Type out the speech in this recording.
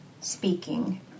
speaking